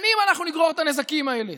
שנים אנחנו נגרור את הנזקים האלה.